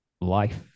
life